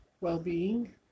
well-being